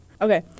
Okay